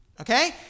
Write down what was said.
okay